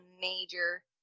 major